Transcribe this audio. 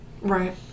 right